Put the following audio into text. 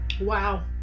Wow